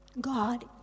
God